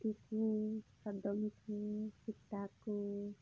ᱦᱟᱹᱛᱤ ᱠᱚ ᱥᱟᱫᱚᱢ ᱠᱚ ᱥᱮᱛᱟ ᱠᱚ